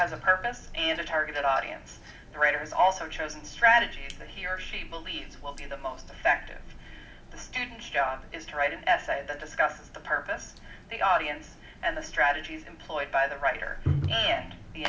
has a purpose and a target audience the writer is also chosen strategy that he or she believes will be the most effective and job is to write an essay that discusses the purpose the audience and the strategies employed by the writer and the